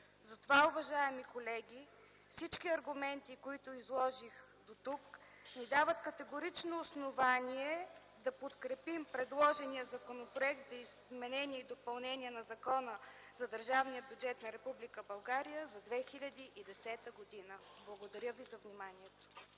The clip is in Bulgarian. Затова, уважаеми колеги, всички аргументи, които изложих дотук, създават категорично основание да подкрепим предложения Законопроект за изменение и допълнение на Закона за държавния бюджет на Република България за 2010 г. Благодаря Ви за вниманието.